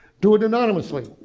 do it anonymously.